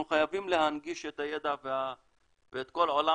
אנחנו חייבים להנגיש את הידע ואת כל עולם